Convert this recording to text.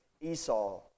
Esau